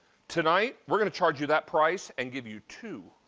tonight we are going to charge you that price and give you two.